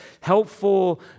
helpful